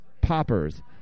poppers